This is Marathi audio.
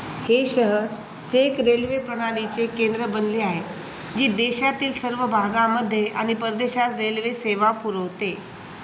हे शहर जे एक रेल्वे प्रणालीचे केंद्र बनले आहे जी देशातील सर्व भागामध्ये आणि परदेशात रेल्वे सेवा पुरवते